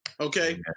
okay